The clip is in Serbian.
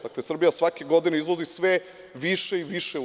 Dakle, Srbija svake godine izvozi sve više i više u EU.